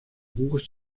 hûs